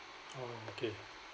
oh okay